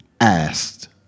asked